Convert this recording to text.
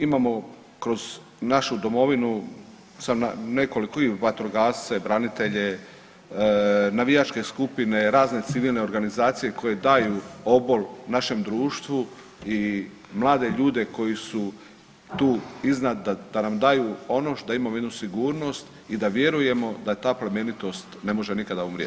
Imamo kroz našu domovinu nekoliko i vatrogasce, branitelje, navijačke skupine, razne civilne organizacije koje daju obol našem društvu i mlade ljude koji su tu iznad da nam daju ono da imamo jednu sigurnost i da vjerujemo da je ta plemenitost ne može nikada umrijeti.